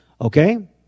Okay